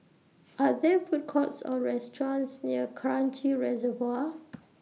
Are There Food Courts Or restaurants near Kranji Reservoir